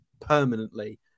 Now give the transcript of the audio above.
permanently